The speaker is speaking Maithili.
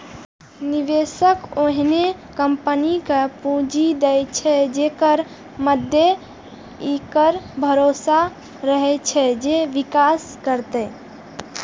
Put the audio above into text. निवेशक ओहने कंपनी कें पूंजी दै छै, जेकरा मादे ई भरोसा रहै छै जे विकास करतै